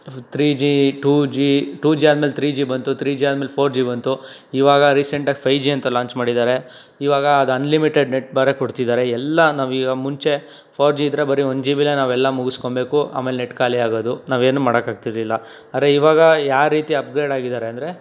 three G two G two G ಆದಮೇಲೆ three G ಬಂತು three G ಆದಮೇಲೆ four G ಬಂತು ಈವಾಗ ರೀಸೆಂಟಾಗಿ ಫೈ ಜಿ ಅಂತ ಲಾಂಚ್ ಮಾಡಿದ್ದಾರೆ ಈವಾಗ ಅದು ಅನ್ಲಿಮಿಟೆಡ್ ನೆಟ್ ಬೇರೆ ಕೊಡ್ತಿದ್ದಾರೆ ಎಲ್ಲ ನಾವೀಗ ಮುಂಚೆ ಫೋರ್ ಜಿ ಇದ್ದರೆ ಬರಿ ಒನ್ ಜಿ ಬಿಲೇ ನಾವೆಲ್ಲ ಮುಗಸ್ಕೊಬೇಕು ಆಮೇಲೆ ನೆಟ್ ಖಾಲಿ ಆಗೋದು ನಾವೇನು ಮಾಡೋಕ್ಕಾಗ್ತಿರ್ಲಿಲ್ಲ ಆದ್ರೆ ಈವಾಗ ಯಾವ ರೀತಿ ಅಪ್ಗ್ರೇಡ್ ಆಗಿದ್ದಾರೆ ಅಂದರೆ